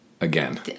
again